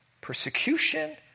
persecution